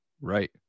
right